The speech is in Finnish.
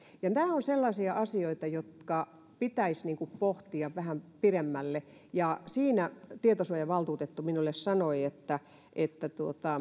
nämä ovat sellaisia asioita joita pitäisi pohtia vähän pidemmälle tietosuojavaltuutettu minulle sanoi että että